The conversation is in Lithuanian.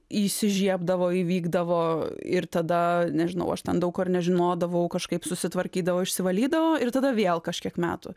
įsižiebdavo įvykdavo ir tada nežinau aš ten daug ko ir nežinodavau kažkaip susitvarkydavo išsivalydavo ir tada vėl kažkiek metų